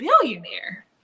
billionaire